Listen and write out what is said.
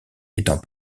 étant